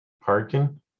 Parking